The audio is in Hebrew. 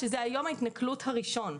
שזה יום ההתנכלות הראשון.